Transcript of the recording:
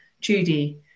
judy